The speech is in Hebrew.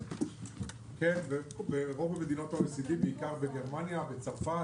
כן, ברוב מדינות ה-OECD, בעיקר בגרמניה, בצרפת,